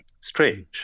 strange